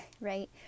right